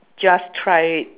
just try it